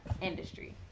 industry